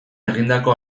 egindako